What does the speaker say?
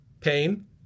pain